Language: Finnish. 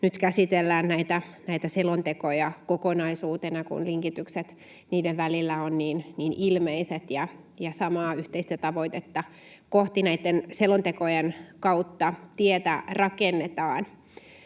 nyt käsitellään näitä selontekoja kokonaisuutena, kun linkitykset niiden välillä ovat niin ilmeiset ja samaa yhteistä tavoitetta kohti tietä rakennetaan